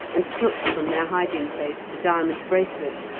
and took from their hiding-place the diamond bracelet,